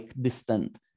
distant